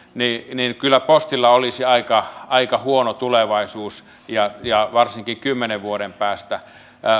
niin kyllä postilla olisi aika aika huono tulevaisuus varsinkin kymmenen vuoden päästä